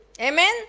Amen